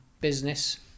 business